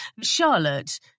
Charlotte